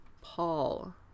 Paul